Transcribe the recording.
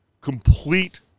complete